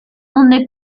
donde